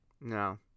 no